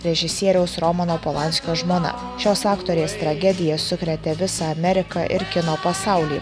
režisieriaus romano polanskio žmona šios aktorės tragedija sukrėtė visą ameriką ir kino pasaulį